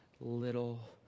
little